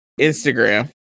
Instagram